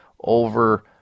over